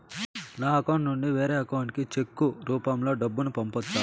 నా అకౌంట్ నుండి వేరే అకౌంట్ కి చెక్కు రూపం లో డబ్బును పంపొచ్చా?